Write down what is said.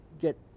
get